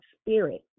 spirit